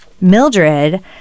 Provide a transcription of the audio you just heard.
Mildred